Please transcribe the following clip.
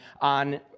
on